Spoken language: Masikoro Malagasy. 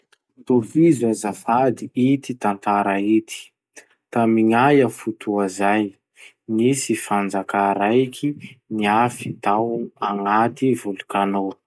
Tohizo azafady ity tantara ity: Tamy gnaia fotoa zay, nisy fanjaka raiky niafy tao aganty volkano.